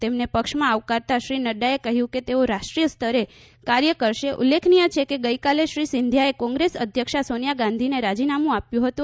તેમને પક્ષમાં આવકારતા શ્રી નઙ્ડાએ કહ્યુ કે તેઓ રાષ્ટ્રીય સ્તરે કાર્ય કરશે ઉલ્લેખનીય છે કે ગઇકાલે શ્રી સિંધિયાએ કોગ્રેસ અધ્યક્ષા સોનિયા ગાંધીને રાજીનામુ આપ્યુ હતુ